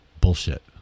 bullshit